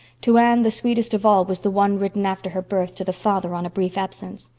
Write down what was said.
to anne, the sweetest of all was the one written after her birth to the father on a brief absence.